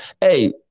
hey